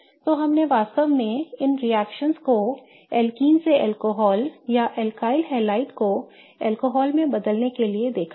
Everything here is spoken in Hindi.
तो हमने वास्तव में इन रिएक्शनओं को एल्कीन से अल्कोहल या अल्काइल हलाइड को अल्कोहल में बदलने के लिए देखा है